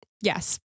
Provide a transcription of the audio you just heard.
Yes